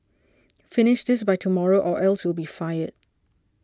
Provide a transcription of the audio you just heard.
finish this by tomorrow or else you'll be fired